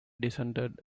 descended